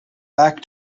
back